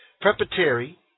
preparatory